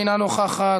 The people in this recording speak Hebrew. אינה נוכחת,